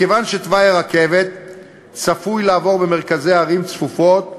מכיוון שתוואי הרכבת צפוי לעבור במרכזי ערים צפופות,